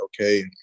Okay